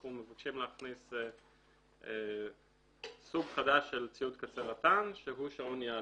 אנחנו מבקשים להכניס סוג חדש של ציוד קצה רט"ן שהוא שעון יד.